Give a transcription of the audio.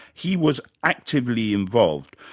he was actively involved.